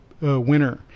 winner